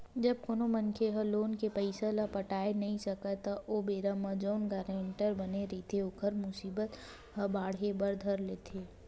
जब कोनो मनखे ह लोन के पइसा ल पटाय नइ सकय त ओ बेरा म जउन गारेंटर बने रहिथे ओखर मुसीबत ह बाड़हे बर धर लेथे